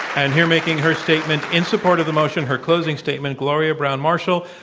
and here making her statement in support of the motion, her closing statement, gloria browne-marshall,